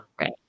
Right